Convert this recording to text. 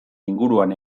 inguruan